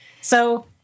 So-